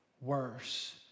worse